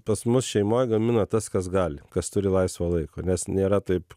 pas mus šeimoj gamina tas kas gali kas turi laisvo laiko nes nėra taip